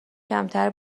کمتر